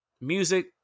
music